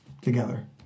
together